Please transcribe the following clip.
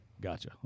Gotcha